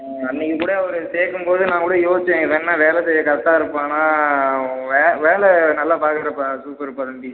ஆ அன்றைக்கிக்கூட அவர் சேர்க்கும் போது நான் கூட யோசித்தேன் இவன் என்ன வேலை செய்ய கரெக்டா இருப்பானா வே வேலை நல்லா பார்க்குறப்பா சூப்பர்ப்பா தம்பி